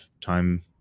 time